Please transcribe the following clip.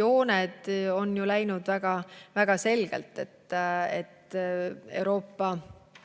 jooned on ju läinud väga-väga selgelt ja Euroopa,